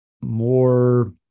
more